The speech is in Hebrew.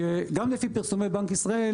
גם לפי פרסומי בנק ישראל,